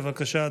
בבקשה,